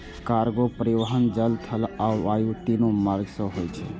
cargo परिवहन जल, थल आ वायु, तीनू मार्ग सं होय छै